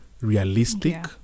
realistic